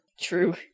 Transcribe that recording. true